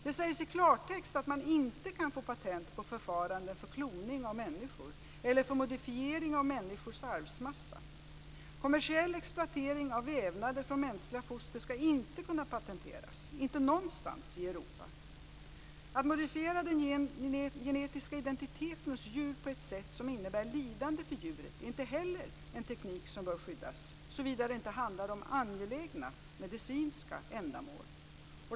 Det sägs i klartext att man inte kan få patent på förfaranden för kloning av människor eller för modifiering av människors arvsmassa. Kommersiell exploatering av vävnader från mänskliga foster skall inte kunna patenteras, inte någonstans i Europa. Att modifiera den genetiska identiteten hos djur på ett sätt som innebär lidande för djuret är inte heller en teknik som bör skyddas, såvida det inte handlar om angelägna medicinska ändamål.